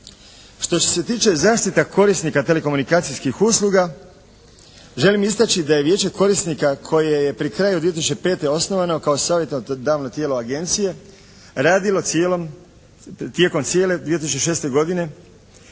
Što se tiče zaštite korisnika telekomunikacijskih usluga želim istaći da je Vijeće korisnika koje je pri kraju 1995. godine osnovano kao savjetodavno tijelo agencije radilo cijelom, tijekom cijele 2006. godine